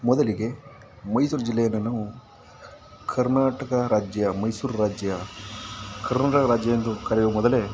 ಮೊದಲಿಗೆ ಮೈಸೂರು ಜಿಲ್ಲೆಯನ್ನು ನಾವು ಕರ್ನಾಟಕ ರಾಜ್ಯ ಮೈಸೂರು ರಾಜ್ಯ ಕರ್ನಾಟಕ ರಾಜ್ಯ ಎಂದು ಕರೆಯುವ ಮೊದಲೇ